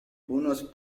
unos